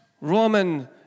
Roman